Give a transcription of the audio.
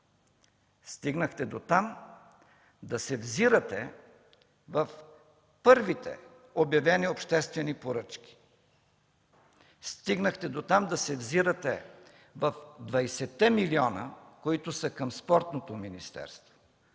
Стигнахте дотам да се взирате в първите обявени обществени поръчки, стигнахте дотам да се взирате в 20-те милиона, които са към Спортното министерство,